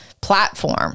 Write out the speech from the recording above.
platform